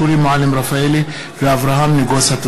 שולי מועלם-רפאלי ואברהם נגוסה בנושא: